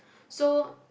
so